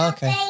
Okay